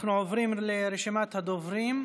אנחנו עוברים לרשימת הדוברים.